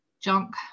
junk